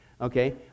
Okay